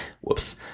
whoops